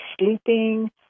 sleeping